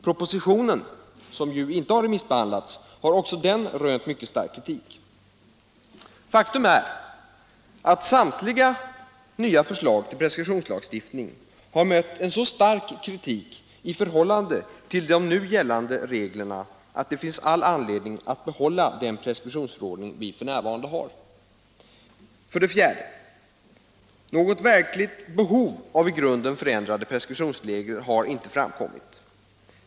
Propositionen, som ju inte har remissbehandlats, har också den rönt mycket stark kritik. Faktum är att samtliga nya förslag till preskriptionslagstiftning mött en så stark kritik i förhållande till de nu gällande reglerna att det finns all anledning att behålla den preskriptionsförordning som vi f.n. har. För det fjärde: Något verkligt behov av i grunden förändrade preskriptionsregler har inte framkommit.